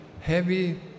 heavy